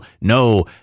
no